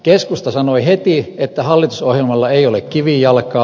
keskusta sanoi heti että hallitusohjelmalla ei ole kivijalkaa